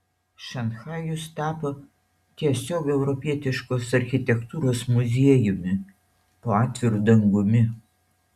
šanchajus tapo tiesiog europietiškos architektūros muziejumi po atviru dangumi